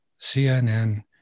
CNN